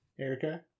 Erica